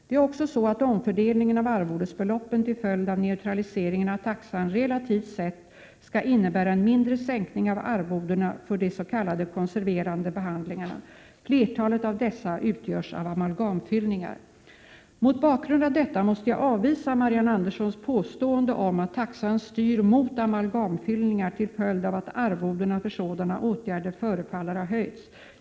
Det är också så att omfördelningen av arvodesbeloppet till följd av neutraliseringen av taxan relativt sett skall innebära en mindre sänkning av arvodena för de 101 s.k. konserverande behandlingarna. Flertalet av dessa utgörs av amalgamfyllningar. Mot bakgrund av detta måste jag avvisa Marianne Anderssons påstående om att taxan styr mot amalgamfyllningar till följd av att arvodena för sådana åtgärder förefaller ha höjts.